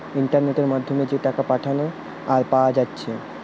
ইন্টারনেটের মাধ্যমে যে টাকা পাঠানা আর পায়া যাচ্ছে